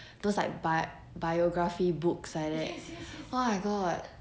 those like bi~ biography books like that oh my god